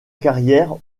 carrière